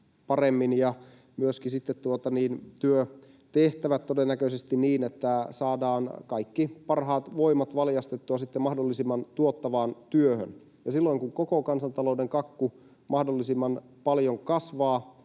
ja myöskin sitten työtehtävät todennäköisesti niin, että saadaan kaikki parhaat voimat valjastettua mahdollisimman tuottavaan työhön. Silloin kun koko kansantalouden kakku mahdollisimman paljon kasvaa,